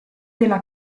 della